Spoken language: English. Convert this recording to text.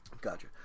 Gotcha